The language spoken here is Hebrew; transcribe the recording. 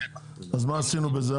אז מה עשינו בזה?